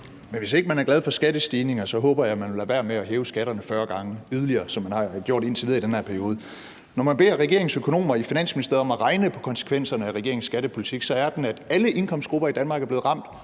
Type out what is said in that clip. Men hvis ikke man er glad for skattestigninger, håber jeg, at man vil lade være med at hæve skatterne 40 gange yderligere, som man har gjort indtil videre i den her periode. Når man beder regeringens økonomer i Finansministeriet om at regne på konsekvenserne af regeringens skattepolitik, viser det, at alle indkomstgrupper i Danmark er blevet ramt,